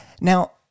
Now